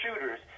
shooters